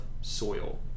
soil